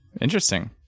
Interesting